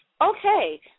okay